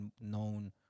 known